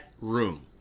room